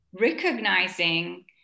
recognizing